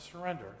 Surrender